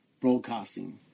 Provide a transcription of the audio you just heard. broadcasting